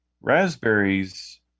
raspberries